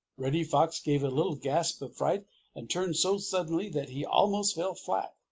reddy fox gave a little gasp of fright and turned so suddenly that he almost fell flat.